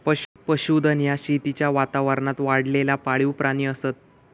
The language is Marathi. पशुधन ह्या शेतीच्या वातावरणात वाढलेला पाळीव प्राणी असत